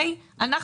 אנחנו,